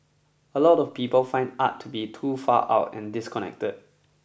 a lot of people find art to be too far out and disconnected